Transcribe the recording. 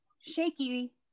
shaky